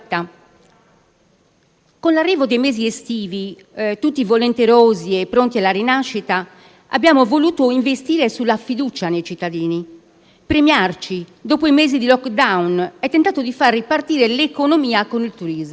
Con l'arrivo dei mesi estivi, tutti volenterosi e pronti alla rinascita, abbiamo voluto investire sulla fiducia nei cittadini, premiarci dopo i mesi di *lockdown* e tentato di far ripartire l'economia con il turismo.